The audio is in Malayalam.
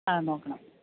ആ നോക്കണം